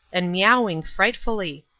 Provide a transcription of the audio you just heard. and miauing frightfully.